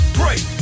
break